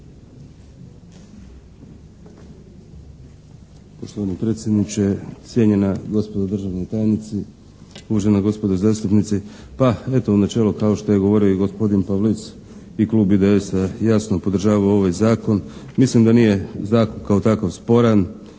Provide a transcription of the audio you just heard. Poštovani predsjedniče, cijenjena gospodo državni tajnici, uvažena gospodo zastupnici! Pa eto u načelu kao što je govorio i gospodin Pavlic i Klub IDS-a jasno podržava ovaj zakon. Mislim da nije zakon kao takav sporan